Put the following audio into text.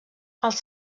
els